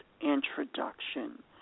introduction